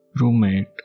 roommate